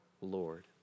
Lord